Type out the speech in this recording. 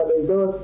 בלידות,